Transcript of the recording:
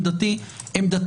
עמדתי היא שונה.